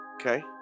Okay